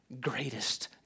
greatest